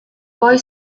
poi